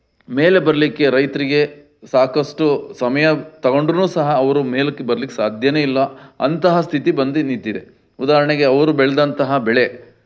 ಮೇಲೆ ಬರಲಿಕ್ಕೆ ರೈತರಿಗೆ ಸಾಕಷ್ಟು ಸಮಯ ತಗೊಂಡ್ರು ಸಹ ಅವರು ಮೇಲಕ್ಕೆ ಬರಲಿಕ್ಕೆ ಸಾಧ್ಯನೇ ಇಲ್ಲ ಅಂತಹ ಸ್ಥಿತಿ ಬಂದು ನಿಂತಿದೆ ಉದಾಹರಣೆಗೆ ಅವ್ರು ಬೆಳೆದಂತಹ ಬೆಳೆ